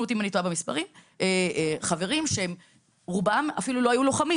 אותי אם אני טועה במספרים שרובם אפילו לא היו לוחמים.